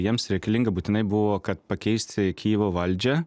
jiems reikalinga būtinai buvo kad pakeisti kijevo valdžią